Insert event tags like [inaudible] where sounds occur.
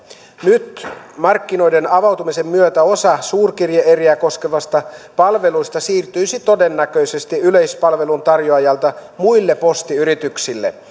nyt markkinoiden avautumisen myötä osa suurkirje eriä koskevasta palvelusta siirtyisi todennäköisesti yleispalveluntarjoajalta muille postiyrityksille [unintelligible]